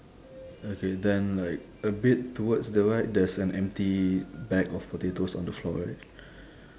okay then like a bit towards the right there's an empty bag of potatoes on the floor right